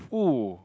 wow